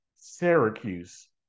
Syracuse